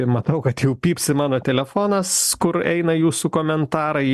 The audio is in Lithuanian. matau kad jau pypsi mano telefonas kur eina jūsų komentarai